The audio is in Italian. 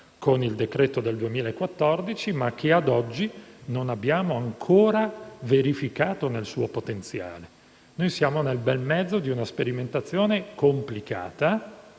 con il decreto-legge n. 91 del 2014 ma che, a oggi, non abbiamo ancora verificato nel suo potenziale. Ci troviamo nel bel mezzo di una sperimentazione complicata,